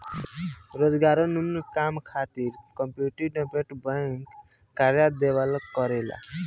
रोजगारोन्मुख काम खातिर कम्युनिटी डेवलपमेंट बैंक कर्जा देवेला करेला